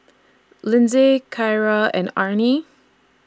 Lyndsay Kyra and Arne